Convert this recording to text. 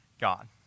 God